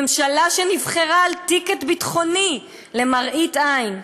ממשלה שנבחרה על טיקט ביטחוני למראית עין,